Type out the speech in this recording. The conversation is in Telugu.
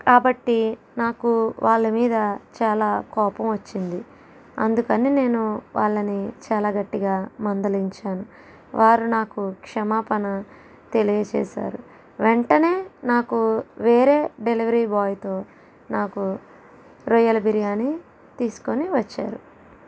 కాబట్టి నాకు వాళ్ళ మీద చాలా కోపం వచ్చింది అందుకని నేను వాళ్ళని చాలా గట్టిగా మందలించాను వారు నాకు క్షమాపణ తెలియజేశారు వెంటనే నాకు వేరే డెలివరీ బాయ్తో నాకు రొయ్యల బిర్యానీ తీసుకోని వచ్చారు